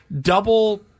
double